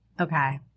Okay